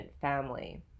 family